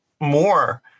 more